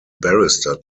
barrister